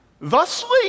thusly